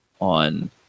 on